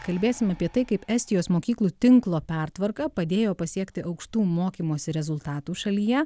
kalbėsim apie tai kaip estijos mokyklų tinklo pertvarka padėjo pasiekti aukštų mokymosi rezultatų šalyje